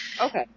Okay